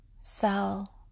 cell